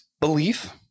belief